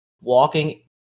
walking